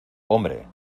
hombre